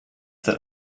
that